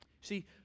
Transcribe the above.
See